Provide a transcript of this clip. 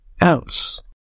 else